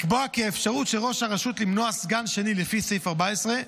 לקבוע כי האפשרות של ראש הרשות למנוע סגן שני לפי סעיף 14,